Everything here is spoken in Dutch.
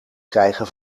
krijgen